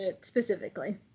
specifically